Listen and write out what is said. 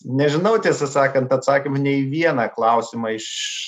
nežinau tiesą sakant atsakymo nei į vieną klausimą iš